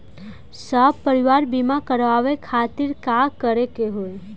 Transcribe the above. सपरिवार बीमा करवावे खातिर का करे के होई?